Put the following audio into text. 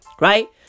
right